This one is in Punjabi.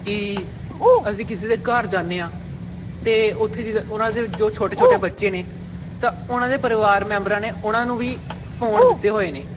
ਕਿ ਅਸੀਂ ਕਿਸੇ ਦੇ ਘਰ ਜਾਂਦੇ ਹਾਂ ਤਾਂਤੇ ਉੱਥੇ ਦੀ ਉਹਨਾਂ ਦੇ ਵਿੱਚ ਜੋ ਛੋਟੇ ਛੋਟੇ ਬੱਚੇ ਨੇ ਤਾਂ ਉਹਨਾਂ ਦੇ ਪਰਿਵਾਰ ਮੈਂਬਰਾਂ ਨੇ ਉਹਨਾਂ ਨੂੰ ਵੀ ਫੋਨ ਦਿੱਤੇ ਹੋਏ ਨੇ